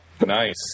nice